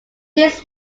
this